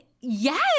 yes